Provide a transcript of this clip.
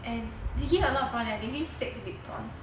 and they give a lot of prawn eh they give six big prawns